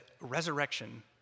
resurrection